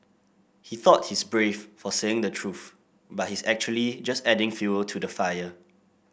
he thought he's brave for saying the truth but he's actually just adding fuel to the fire